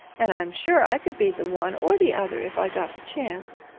and i'm sure i could be the one or the other if i got the chance.